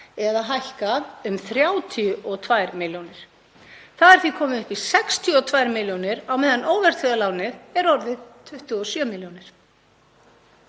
eða hækkað um 32 milljónir. Það er því komið upp í 62 milljónir á meðan óverðtryggða lánið er orðið 27 milljónir.